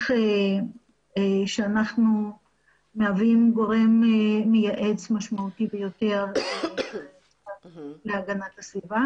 שאנחנו מהווים גורם מייעץ משמעותי ביותר להגנת הסביבה